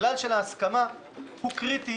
הכלל של ההסכמה הוא קריטי